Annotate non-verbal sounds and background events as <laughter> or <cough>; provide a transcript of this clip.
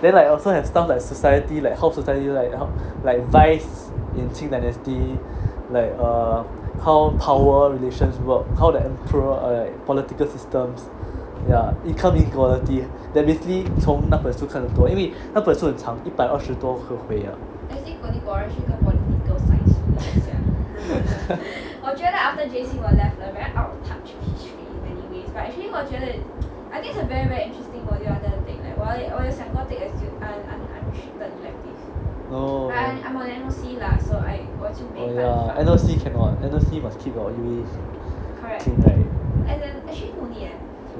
then like also have stuff like society like how society like how like vice in qing dynasty like uh how power relations work how the emperor or like political systems ya income inequality that basically 从那本书看的到因为那本书很长一百二十多颗啊 <laughs> oh oh ya N_O_C cannot N_O_C must keep your U_Es clean